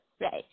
Right